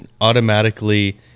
automatically